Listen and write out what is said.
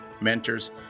mentors